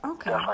Okay